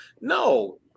no